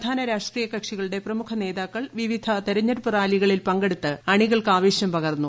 പ്രധാന രാഷ്ട്രീയ കക്ഷികളുടെ പ്രമുഖ നേതാക്കൾ വിവിധ തെരഞ്ഞെടുപ്പ് റാലികളിൽ പങ്കെടുത്ത് അണികൾക്ക് ആവേശം പകർന്നു